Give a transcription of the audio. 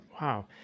Wow